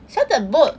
so the boat